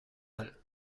all